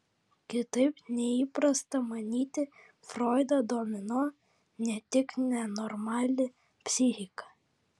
kitaip nei įprasta manyti froidą domino ne tik nenormali psichika